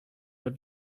but